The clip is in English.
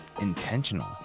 intentional